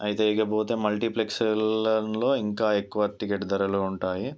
అయితే ఇకపోతే మల్టీప్లెక్స్లలో ఇంకా ఎక్కువ టికెట్ ధరలు ఉంటాయి